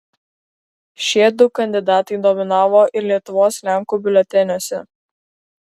šie du kandidatai dominavo ir lietuvos lenkų biuleteniuose